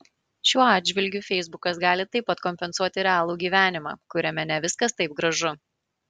šiuo atžvilgiu feisbukas gali taip pat kompensuoti realų gyvenimą kuriame ne viskas taip gražu